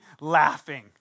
laughing